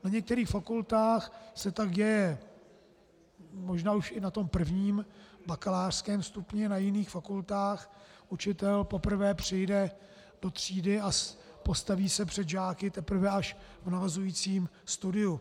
Na některých fakultách se tak děje možná už i na tom prvním, bakalářském stupni, na jiných fakultách učitel poprvé přijde do třídy a postaví se před žáky teprve až v navazujícím studiu.